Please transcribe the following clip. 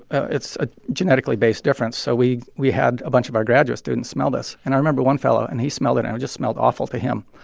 it's a genetically based difference so we we had a bunch of our graduate students smell this. and i remember one fellow, and he smelled it, and it just smelled awful to him.